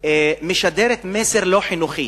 משדרת מסר לא חינוכי